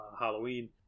Halloween